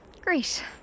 Great